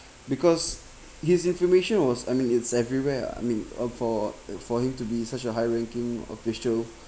because his information was I mean it's everywhere ah I mean uh for for him to be such a high ranking official